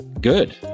good